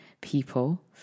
people